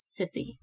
sissy